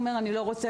הוא אומר אני לא רוצה,